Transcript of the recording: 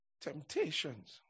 Temptations